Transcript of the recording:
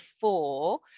four